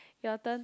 your turn